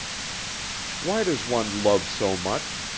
why does one love so much?